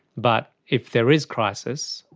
but if there is crisis,